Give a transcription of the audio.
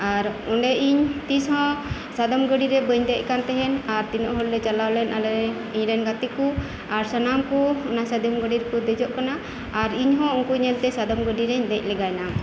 ᱟᱨ ᱚᱸᱰᱮ ᱤᱧ ᱛᱤᱥᱦᱚᱸ ᱥᱟᱫᱚᱢ ᱜᱟᱹᱰᱤᱨᱮ ᱵᱟᱹᱧ ᱫᱮᱡ ᱟᱠᱟᱱ ᱛᱟᱦᱮᱱ ᱟᱨ ᱛᱤᱱᱟᱹᱜ ᱦᱚᱲᱞᱮ ᱪᱟᱞᱟᱣᱞᱮᱱ ᱤᱧ ᱨᱮᱱ ᱜᱟᱛᱤᱠᱩ ᱟᱨ ᱥᱟᱱᱟᱢ ᱠᱩ ᱚᱱᱟ ᱥᱟᱫᱚᱢ ᱜᱟᱹᱰᱤ ᱨᱮᱠᱩ ᱫᱮᱡᱚᱜ ᱠᱟᱱᱟ ᱟᱨ ᱤᱧᱦᱚᱸ ᱩᱱᱠᱩ ᱧᱮᱞᱛᱮ ᱥᱟᱫᱚᱢ ᱜᱟᱹᱰᱤ ᱨᱮᱧ ᱫᱮᱡ ᱞᱟᱜᱟᱭᱮᱱᱟ